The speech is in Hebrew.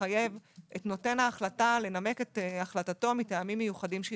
מחייב את נותן ההחלטה לנמק החלטתו מטעמים מיוחדים שיירשמו.